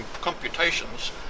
computations